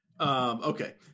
Okay